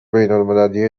بینالمللی